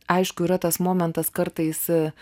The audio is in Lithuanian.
aišku yra tas momentas kartais